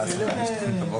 3 בעד, 8 נגד, 1 נמנע.